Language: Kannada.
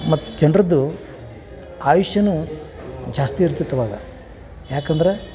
ಮತ್ತು ಜನರದ್ದು ಆಯುಷ್ಯನೂ ಜಾಸ್ತಿ ಇರ್ತಿತ್ತು ಅವಾಗ ಯಾಕಂದರೆ